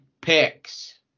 picks